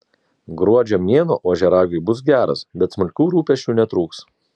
gruodžio mėnuo ožiaragiui bus geras bet smulkių rūpesčių netrūks